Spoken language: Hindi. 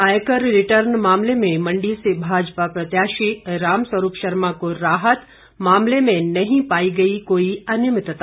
आयकर रिटर्न मामले में मण्डी से भाजपा प्रत्याशी रामस्वरूप शर्मा को राहत मामले में नहीं पाई गई कोई अनियमितता